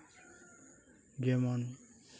ᱡᱮᱢᱚᱱ